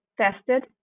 tested